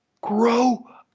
grow